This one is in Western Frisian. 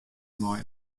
mei